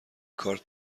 کارت